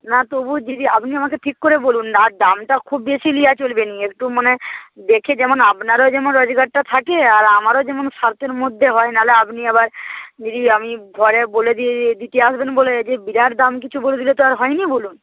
না তবু যদি আপনি আমাকে ঠিক করে বলুন আর দামটা খুব বেশি নেওয়া চলবে না একটু মানে দেখে যেমন আপনারও যেমন রোজগারটা থাকে আর আমারও যেমন সাধ্যের মধ্যে হয় না হলে আপনি আবার যদি আপনি বলে দিয়ে দিতে আসবেন বলে যে বিরাট দাম কিছু বলে দিলে তো আর হয় না বলুন